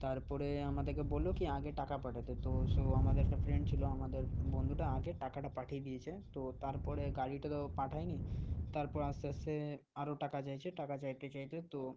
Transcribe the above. তারপরে আমাদেরকে বললো কি আগে টাকা পাঠাতে তো সো আমাদের একটা ফ্রেন্ড ছিলো আমাদের বন্ধুটা আগে টাকাটা পাঠিয়ে দিয়েছে তো তারপরে গাড়িটা তো পাঠায় নি তারপরে আস্তে আস্তে আরো টাকা চাইছে টাকা চাইতে চাইতে তো